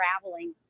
traveling